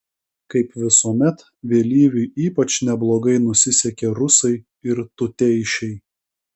kaip visuomet vėlyviui ypač neblogai nusisekė rusai ir tuteišai